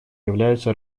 являются